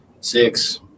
six